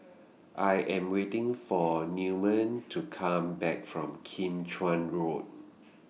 I Am waiting For Newman to Come Back from Kim Chuan Road